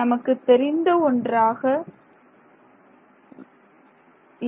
நமக்கு தெரிந்த ஒன்றாக இல்லை